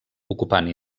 ocupant